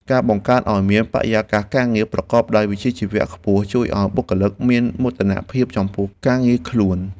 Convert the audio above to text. ការបង្កើតឱ្យមានបរិយាកាសការងារប្រកបដោយវិជ្ជាជីវៈខ្ពស់ ជួយឱ្យបុគ្គលិកមានមោទនភាពចំពោះការងារខ្លួន។